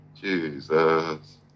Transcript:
Jesus